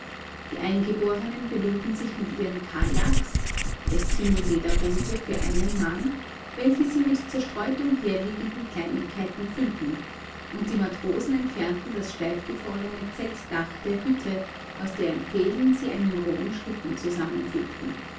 die eingeborenen beluden sich mit ihren kajaks eskimo lederboote für einen mann welche sie mit zerstreut umherliegenden kleinigkeiten füllten und die matrosen entfernten das steif gefrorene zeltdach der hütte aus deren pfählen sie einen rohen schlitten zusammenfügten